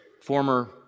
former